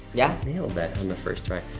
yeah. nailed that on the first try,